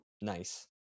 nice